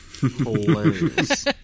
Hilarious